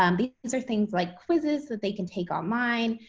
um but these are things like quizzes that they can take online,